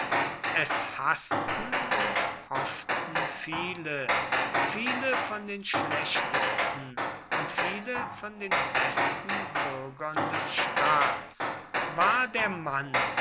es haßten und hofften viele viele von den schlechtesten und viele von den besten bürgern des staats war der mann